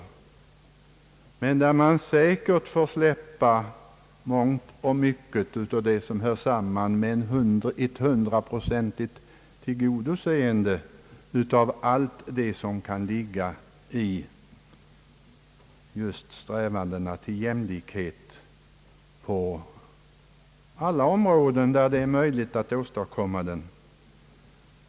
Där kommer man säkert att få släppa mångt och mycket av det som hör samman med ett hundraprocentigt tillgodoseende av allt det som kan ligga i just strävandena till jämlikhet på alla områden där det är möjligt att åstadkomma en sådan.